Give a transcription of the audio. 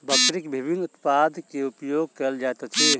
बकरीक विभिन्न उत्पाद के उपयोग कयल जाइत अछि